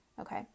Okay